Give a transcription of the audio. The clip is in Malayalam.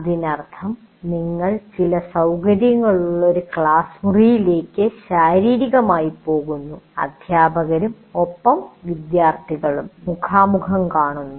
അതിനർത്ഥം നിങ്ങൾ ചില സൌകര്യങ്ങളുള്ള ഒരു ക്ലാസ് മുറിയിലേക്ക് ശാരീരികമായി പോകുന്നു അധ്യാപകരും ഒപ്പം വിദ്യാർത്ഥികളും മുഖാമുഖം കാണുന്നു